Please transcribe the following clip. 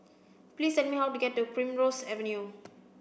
please tell me how to get to Primrose Avenue